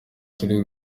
turi